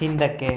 ಹಿಂದಕ್ಕೆ